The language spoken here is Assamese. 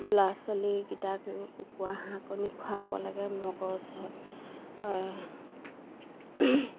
ল'ৰা ছোৱালীকেইটাক কুকুৰা হাঁহ কণী খুৱাব লাগে মগজ হয়